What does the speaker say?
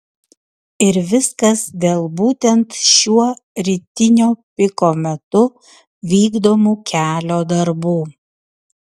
ir viskas dėl būtent šiuo rytinio piko metu vykdomų kelio darbų